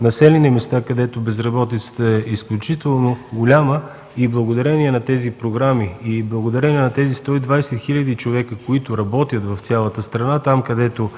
населени места, където безработицата е изключително голяма и благодарение на тези програми и благодарение на тези 120 хиляди човека, които работят в цялата страна, там където